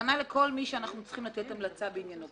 הכוונה לכל מי שאנחנו צריכים לתת המלצה בעניינו,